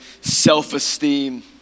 self-esteem